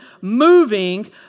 moving